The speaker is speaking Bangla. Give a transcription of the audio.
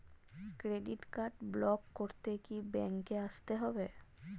ক্রেডিট কার্ড ব্লক করতে কি ব্যাংকে আসতে হবে?